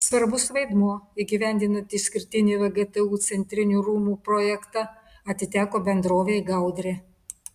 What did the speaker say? svarbus vaidmuo įgyvendinant išskirtinį vgtu centrinių rūmų projektą atiteko bendrovei gaudrė